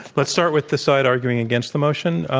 let's start with the side arguing against the motion.